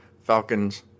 Falcons